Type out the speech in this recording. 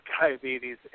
diabetes